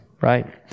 right